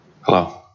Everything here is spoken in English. Hello